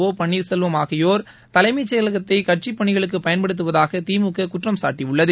ஓ Panneerselvam ஆகியோர் தலைமைச் செயலகத்தை கட்சிப் பணிகளுக்கு பயன்படுத்துவதாக திமுக குற்றம் சாட்டியுள்ளது